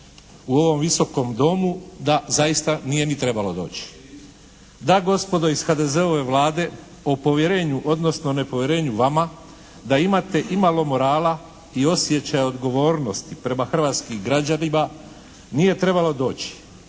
u ovom Visokom domu da zaista nije ni trebalo doći. Da gospodo iz HDZ-ove Vlade o povjerenju odnosno nepovjerenju vama da imate imalo morala i osjećaja odgovornosti prema hrvatskim građanima nije trebalo doći.